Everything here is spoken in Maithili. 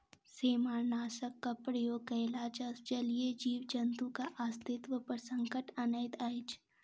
सेमारनाशकक प्रयोग कयला सॅ जलीय जीव जन्तुक अस्तित्व पर संकट अनैत अछि